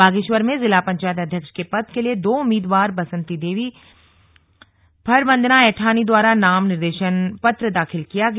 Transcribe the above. बागेश्वर में जिला पंचायत अध्यक्ष के पद के लिए दो उम्मीदवार बंसती देव फर वंदना ऐठानी द्वारा नाम निर्देशन पत्र दाखिल किया गया